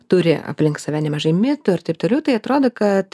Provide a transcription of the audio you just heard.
turi aplink save nemažai mitų ir taip toliau tai atrodo kad